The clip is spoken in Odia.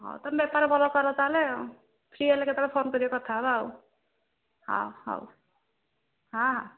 ହଉ ତୁମେ ବେପାର ଭଲ କର ତାହେଲେ ଆଉ ଫ୍ରି ହେଲେ କେତେବେଳେ ଫୋନ କର କଥା ହେବା ଆଉ ହଁ ହଉ ହଁ